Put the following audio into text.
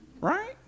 right